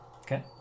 Okay